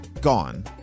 gone